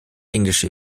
englische